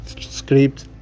Script